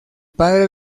padre